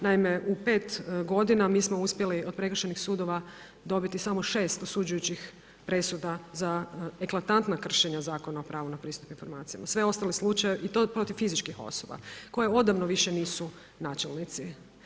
Naime, u 5 g. mi smo uspjeli od prekršajnih sudova dobiti samo 6 osuđujućih presuda za eklatantna kršenja Zakona o pravo na pristup informacijama i to protiv fizičkih osoba koje odavno više nisu načelnici.